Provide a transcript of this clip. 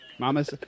Mama's